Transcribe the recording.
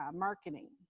ah marketing,